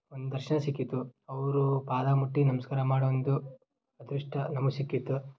ಒಂದು ದರ್ಶನ ಸಿಕ್ಕಿತ್ತು ಅವರ ಪಾದ ಮುಟ್ಟಿ ನಮಸ್ಕಾರ ಮಾಡೋ ಒಂದು ಅದೃಷ್ಟ ನಮ್ಗೆ ಸಿಕ್ಕಿತ್ತು